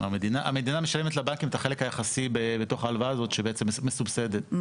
המדינה משלמת לבנקים את החלק היחסי בתוך ההלוואה הזאת שהיא מסובסדת,